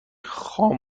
خام